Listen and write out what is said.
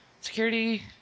security